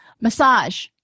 Massage